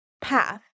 path